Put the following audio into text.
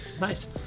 nice